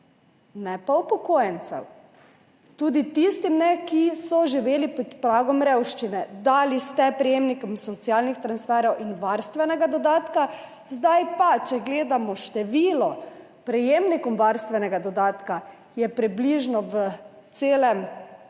ne pa upokojencem. Tudi tistim ne, ki so živeli pod pragom revščine. Dali ste prejemnikom socialnih transferjev in varstvenega dodatka. Zdaj pa, če gledamo število prejemnikov varstvenega dodatka, je približno v celi